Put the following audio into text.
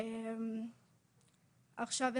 עכשיו,